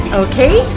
okay